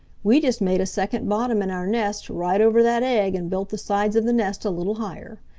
we just made a second bottom in our nest right over that egg and built the sides of the nest a little higher.